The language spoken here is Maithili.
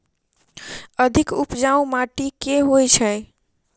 अधिक उपजाउ माटि केँ होइ छै?